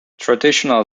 traditional